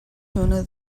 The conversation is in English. sooner